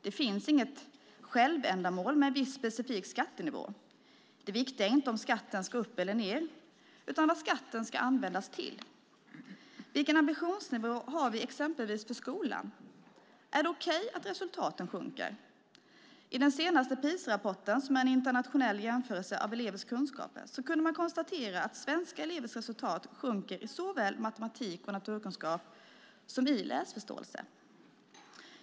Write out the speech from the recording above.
Det finns inget självändamål med en viss specifik skattenivå. Det viktiga är inte om skatten ska upp eller ned utan vad skatten ska användas till. Vilken ambitionsnivå har vi exempelvis för skolan? Är det okej att resultaten sjunker? I den senaste PISA-rapporten, som är en internationell jämförelse av elevers kunskaper, kunde man konstatera att svenska elevers resultat sjunker såväl i matematik och naturkunskap som i läsförståelse.